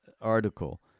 article